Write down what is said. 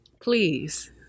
please